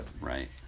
Right